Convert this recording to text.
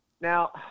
now